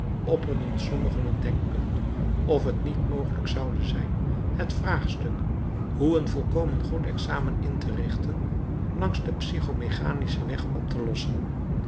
opperden sommigen het denkbeeld of het niet mogelijk zoude zijn het vraagstuk hoe een volkomen goed examen interichten langs den physico mechanischen weg op te lossen